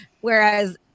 Whereas-